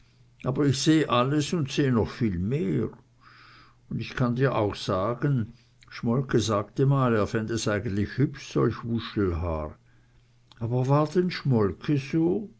aber ich sehe alles und seh noch viel mehr und ich kann dir auch sagen schmolke sagte mal er fänd es eigentlich hübsch solch wuschelhaar aber war